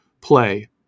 play